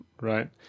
Right